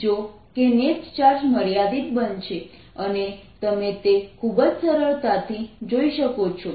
જો કે net charge મર્યાદિત બનશે અને તમે તે ખૂબ જ સરળતાથી જોઈ શકો છો